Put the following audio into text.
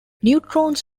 neutrons